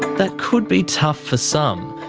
that could be tough for some.